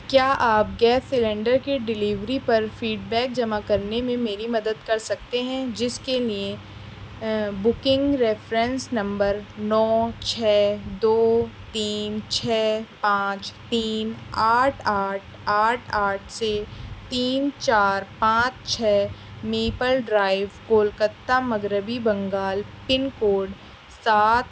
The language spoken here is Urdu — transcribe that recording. کیا آپ گیس سلنڈر کی ڈیلیوری پر فیڈ بیک جمع کرنے میں میری مدد کر سکتے ہیں جس کے لیے بکنگ ریفرنس نمبر نو چھ دو تین چھ پانچ تین آٹھ آٹھ آٹھ آٹھ سے تین چار پانچ چھ میپل ڈرائیو کولکتہ مغربی بنگال پن کوڈ سات